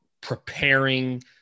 preparing